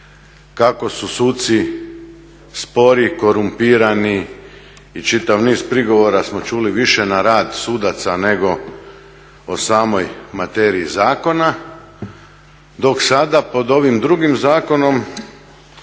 kako su suci spori, korumpirani i čitav niz prigovora smo čuli više na rad sudaca nego o samoj materiji zakona, dok sada pod ovim drugim zakonom